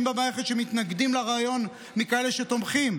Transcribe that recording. במערכת שמתנגדים לרעיון מכאלה שתומכים.